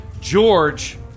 George